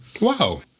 Wow